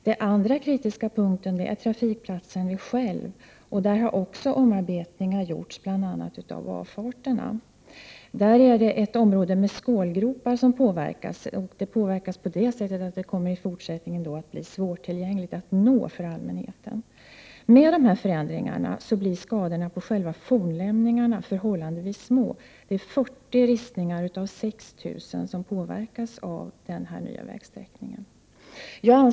Den andra kritiska punkten är trafikplatsen vid Skälv, där det också har gjorts omarbetningar, bl.a. av avfarterna. Vid Skälv är det ett område med skålgropar som påverkas på det sättet att det i fortsättningen kommer att bli svårt för allmänheten att nå detta område. Med dessa förändringar av vägsträckningen blir skadorna på själva fornlämningarna förhållandevis små — 40 ristningar av 6 000 kommer att påverkas av den nya vägsträckningen.